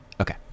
Okay